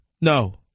No